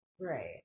Right